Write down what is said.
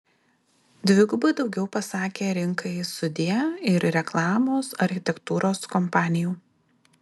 dvigubai daugiau pasakė rinkai sudie ir reklamos architektūros kompanijų